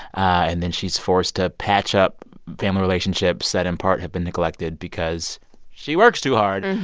and then she's forced to patch up family relationships that, in part, have been neglected because she works too hard.